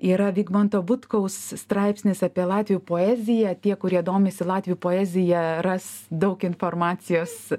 yra vigmanto butkaus straipsnis apie latvių poeziją tie kurie domisi latvių poezija ras daug informacijos